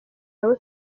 nabo